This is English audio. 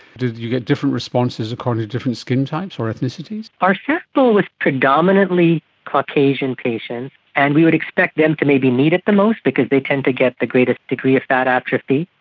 did you get different responses according to different skin types or ethnicities? our test pool was predominantly caucasian patients, and we would expect them to maybe need it the most because they tend to get the greatest degree of fat atrophy.